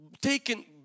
taken